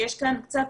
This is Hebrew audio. שיש כאן קצת